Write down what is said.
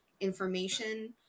information